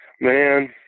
Man